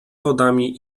wodami